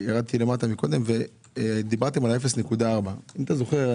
דיברתם על 0.4. אם אתה זוכר,